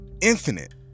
infinite